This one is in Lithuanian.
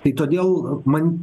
tai todėl man